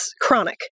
chronic